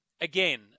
again